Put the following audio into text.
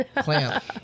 clamp